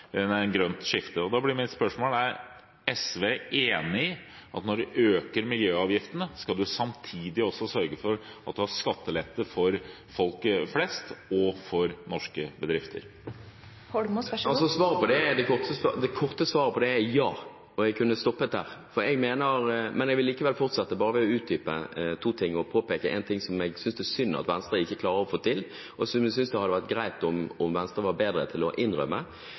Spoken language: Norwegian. grønt skifte. Da blir mitt spørsmål: Er SV enig i at når man øker miljøavgiftene, skal man samtidig sørge for at man gir skattelette til folk flest og norske bedrifter? Det korte svaret på det er ja, og jeg kunne stoppet der, men jeg vil likevel fortsette ved å utdype to ting og påpeke én ting som jeg synes det er synd at Venstre ikke klarer å få til, og som jeg synes det hadde vært greit at Venstre var bedre til å innrømme,